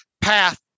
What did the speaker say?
path